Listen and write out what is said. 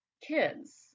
kids